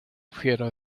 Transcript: fiero